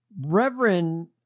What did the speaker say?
Reverend